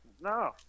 No